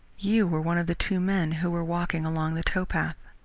you were one of the two men who were walking along the towpath.